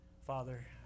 Father